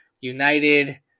United